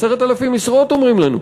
10,000 משרות אומרים לנו.